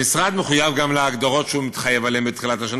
המשרד גם מחויב להגדרות שהוא מתחייב אליהן בתחילת השנה